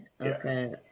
okay